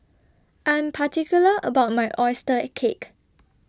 I Am particular about My Oyster Cake